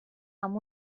amb